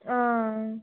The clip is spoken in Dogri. हां